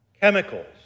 Chemicals